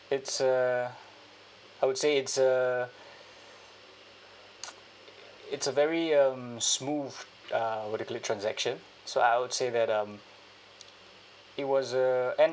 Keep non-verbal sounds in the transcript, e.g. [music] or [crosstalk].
it's uh I would say it's a [noise] it's a very um smooth uh what do you call it transaction so I would say that um it was a